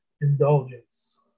indulgence